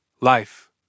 life